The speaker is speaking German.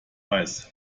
weiß